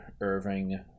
Irving